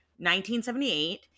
1978